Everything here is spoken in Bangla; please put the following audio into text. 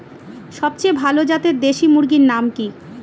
সবচেয়ে ভালো জাতের দেশি মুরগির নাম কি?